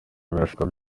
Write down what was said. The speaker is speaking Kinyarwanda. birashoboka